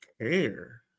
care